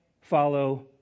follow